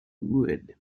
wood